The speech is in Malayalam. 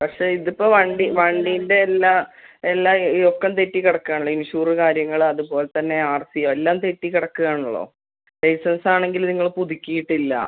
പക്ഷേ ഇതിപ്പോൾ വണ്ടി വണ്ടീൻ്റെ എല്ലാ എല്ലാ ഒക്കെ തെറ്റി കിടക്കുകയാണ് ഇൻഷൂറ് കാര്യങ്ങള് അതുപോലെ തന്നെ ആർ സി ഒ എല്ലാം തെറ്റി കിടക്കുകയാണല്ലോ ലൈസൻസാണെങ്കില് നിങ്ങള് പുതുക്കിയിട്ടില്ല